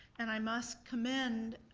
and i must commend,